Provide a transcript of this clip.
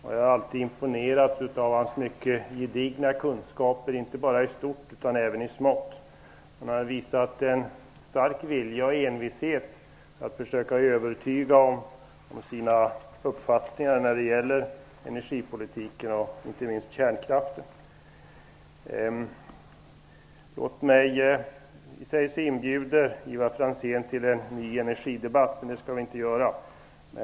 Jag har alltid imponerats av hans mycket gedigna kunskaper, inte bara i stort, utan även i smått. Han har visat en stark vilja och envishet att försöka övertyga om sina uppfattningar när det gäller energipolitiken och inte minst kärnkraften. Han inbjuder till en ny energidebatt. Det skall vi inte ha.